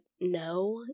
no